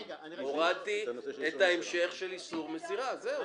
הורדתי את ההמשך של אישור מסירה, זהו.